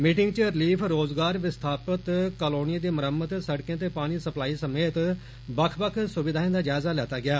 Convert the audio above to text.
meeting च relief रोजगार विस्था त कालोनियें दी मरम्मत सड़कें ते ानी सप्लाई समेत बक्ख बक्ख सुविधाएं दा जायज़ा लैता गेया